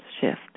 shift